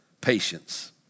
patience